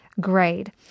grade